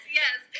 yes